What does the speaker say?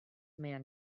man